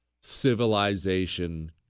Civilization